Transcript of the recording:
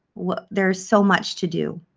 there's so much to do.